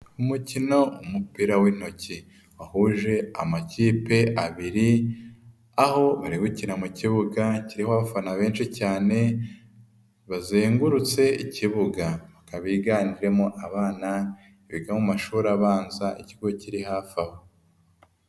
Umukino w'umupira w'intoki, wahuje amakipe abiri, aho bari gukina mu kibuga kiriho abafana benshi cyane, bazengurutse ikibuga. Bakaba biganjemo abana, biga mu mashuri abanza ikigo kiri hafi aho.